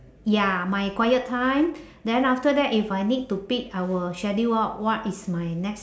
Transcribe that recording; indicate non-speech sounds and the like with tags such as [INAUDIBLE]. ya my quiet time [BREATH] then after that if I need to peek I will schedule out what is my next